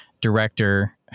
director